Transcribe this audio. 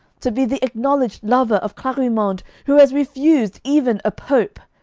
to be the acknowledged lover of clarimonde, who has refused even a pope!